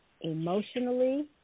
emotionally